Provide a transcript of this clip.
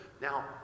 Now